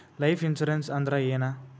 Life insurance ಅಂದ್ರ ಏನ?